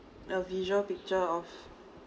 a visual picture of